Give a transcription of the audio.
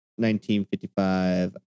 1955